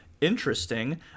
interesting